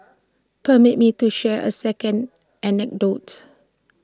permit me to share A second anecdote